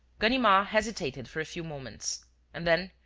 ganimard hesitated for a few moments and then,